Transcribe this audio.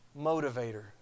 motivator